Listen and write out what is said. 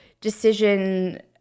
decision